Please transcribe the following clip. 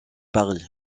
paris